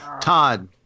Todd